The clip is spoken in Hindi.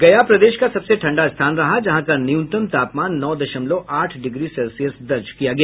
गया प्रदेश का सबसे ठंडा स्थान रहा जहां का न्यूनतम तापमान नौ दशमलव आठ डिग्री सेल्सियस दर्ज किया गया